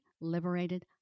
liberated